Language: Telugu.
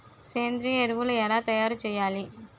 సేంద్రీయ ఎరువులు ఎలా తయారు చేయాలి?